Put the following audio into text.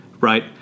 right